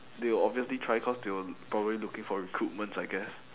they were obviously trying cause they were probably looking for recruitments I guess